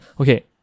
Okay